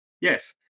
Yes